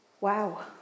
Wow